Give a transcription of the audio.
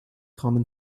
common